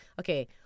okay